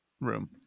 room